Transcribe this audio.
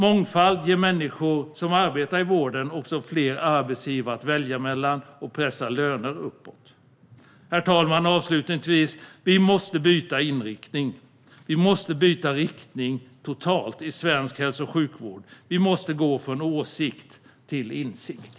Mångfald ger också människor som arbetar i vården fler arbetsgivare att välja mellan och pressar löner uppåt. Herr talman! Vi måste byta inriktning. Vi måste byta riktning totalt i svensk hälso och sjukvård. Vi måste gå från åsikt till insikt.